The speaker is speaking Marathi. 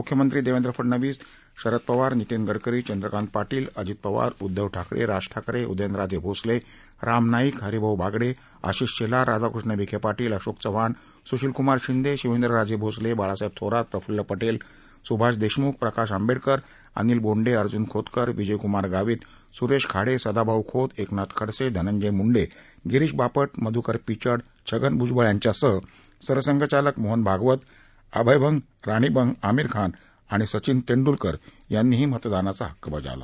मुख्यमंत्री देवेंद्र फडणवीस शरद पवार नितीन गडकरी चंद्रकांत पाटील अजीत पवार उद्दव ठाकरे राज ठाकरे उदयनराजे भोसले राम नाईक हरिभाऊ बागडे आशिष शेलार राधाकृष्ण विखे पाटील अशोक चव्हाण सुशीलकुमार शिंदे शिवेंद्र राजे भोसले बाळासाहेब थोरात प्रफुल्ल पटेल सुभाष देशमुख प्रकाश आंबेडकर अनिल बोंडे अर्जुन खोतकर विजय कुमार गावित सुरेश खाडे सदाभाऊ खोत एकनाथ खडसे धनंजय मुंडे गिरीश बापट मधुकर पिचड छगन भुजबळ यांच्यासह सरसंघचालक मोहन भागवत अभय बंग राणी बंग आमीर खान सचिन तेंडुलकर यांनी मतदानाचा हक्क बजावला